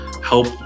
help